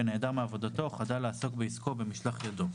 ונעדר מעבודתו או חדל לעסוק בעסקו או במשלח ידו.